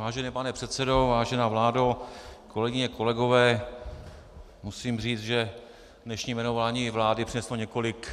Vážený pane předsedo, vážená vládo, kolegyně, kolegové, musím říct, že dnešní jmenování vlády přineslo několik